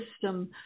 system